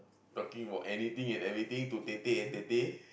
talking about anything and everything to tete-a-tete